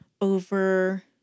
over